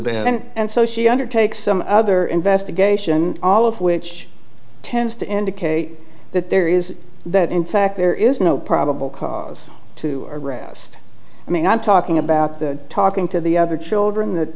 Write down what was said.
then and so she undertake some other investigation all of which tends to indicate that there is that in fact there is no probable cause to arrest me i'm talking about the talking to the other children that